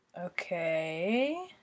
Okay